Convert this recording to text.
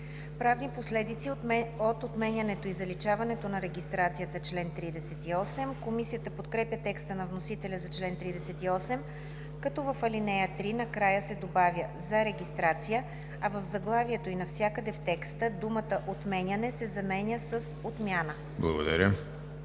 „Правни последици от отменянето и заличаването на регистрацията – член 38“. Комисията подкрепя текста на вносителя за чл. 38, като в ал. 3 накрая се добавя „за регистрация“, а в заглавието и навсякъде в текста думата „отменяне“ се заменя с „отмяна“.